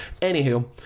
Anywho